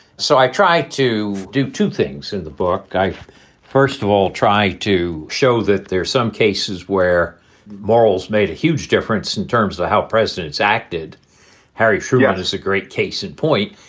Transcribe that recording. so i try to do two things in the book. i first of all, try to show that there are some cases where morals made a huge difference in terms of how presidents acted harry truman is a great case in point.